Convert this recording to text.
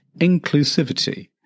Inclusivity